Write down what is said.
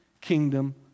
kingdom